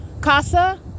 Casa